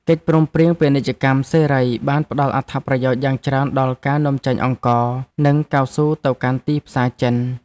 កិច្ចព្រមព្រៀងពាណិជ្ជកម្មសេរីបានផ្តល់អត្ថប្រយោជន៍យ៉ាងច្រើនដល់ការនាំចេញអង្ករ និងកៅស៊ូទៅកាន់ទីផ្សារចិន។